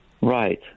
Right